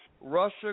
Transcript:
Russia